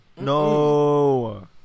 No